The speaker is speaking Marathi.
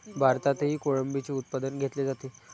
भारतातही कोळंबीचे उत्पादन घेतले जाते